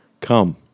Come